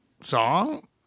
song